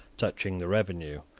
touching the revenue,